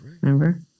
Remember